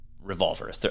revolver